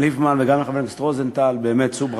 אז אני אומר גם לחבר הכנסת ליפמן וגם לחבר הכנסת רוזנטל: שאו ברכה.